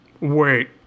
Wait